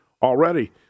Already